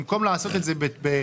צריך לעשות את זה בהסברה,